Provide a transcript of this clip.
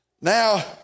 now